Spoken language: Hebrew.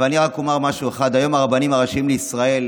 אני רק אומר משהו אחד: היום הרבנים הראשיים לישראל,